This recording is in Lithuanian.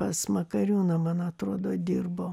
pas makariūną man atrodo dirbo